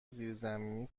زیرزمینی